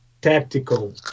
tactical